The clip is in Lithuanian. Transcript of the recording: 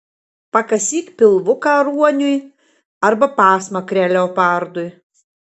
pakasyk pilvuką ruoniui arba pasmakrę leopardui